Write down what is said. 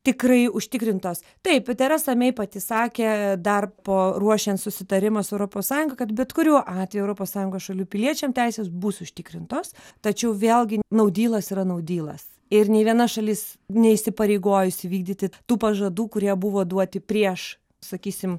tikrai užtikrintos taip teresa mei pati sakė dar po ruošiant susitarimą su europos sąjunga kad bet kuriuo atveju europos sąjungos šalių piliečiam teisės bus užtikrintos tačiau vėlgi nau dylas yra nau dylas ir nė viena šalis neįsipareigojus įvykdyti tų pažadų kurie buvo duoti prieš sakysim